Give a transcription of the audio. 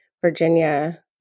Virginia